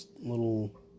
little